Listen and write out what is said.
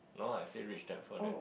no I say rich that poor that